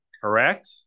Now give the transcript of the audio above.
correct